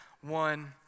one